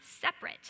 separate